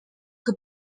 que